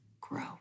grow